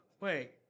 wait